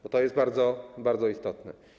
Bo to jest bardzo, bardzo istotne.